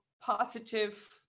positive